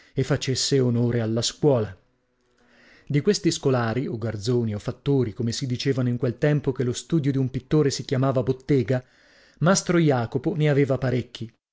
e facesse onore alla scuola di questi scolari o garzoni o fattori come si dicevano in quel tempo che lo studio d'un pittore si chiamava bottega mastro jacopo ne aveva parecchi